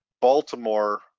Baltimore